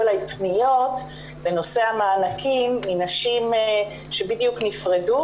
פניות בנושא המענקים מנשים שבדיוק נפרדו